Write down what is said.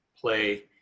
play